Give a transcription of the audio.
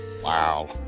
Wow